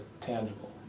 tangible